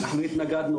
אנחנו התנגדנו,